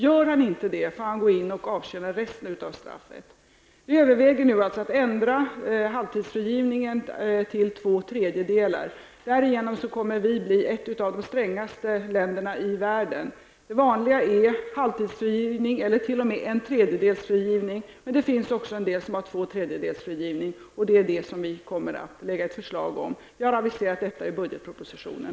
Gör han inte det, får han gå in och avtjäna resten av straffet. Vi överväger nu att ändra halvtidsfrigivningen till frigivning efter två tredjedelar av strafftiden. Därigenom kommer vi att bli ett av de strängaste länderna i världen. Det vanliga är halvtidsfrigivning eller t.o.m. frigivning efter en tredjedel av tiden. Men det finns också en del länder som har två tredjedels frigivning. Det är det vi kommer att lägga fram förslag om. Vi har aviserat detta i budgetpropositionen.